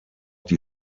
die